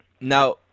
Now